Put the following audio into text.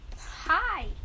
Hi